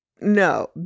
no